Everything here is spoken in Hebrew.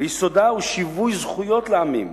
"ויסודה הוא שיווי זכויות לעמים.